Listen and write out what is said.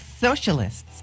Socialists